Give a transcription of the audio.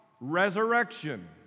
resurrection